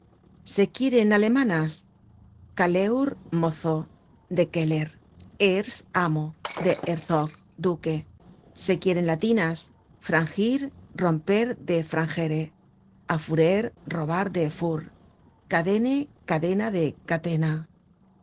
se quieren alemanas caleur mozo de keller hers amo de herzog duque se quieren latinas frangir romper de frangere affurer robar de fur cadene cadena de catena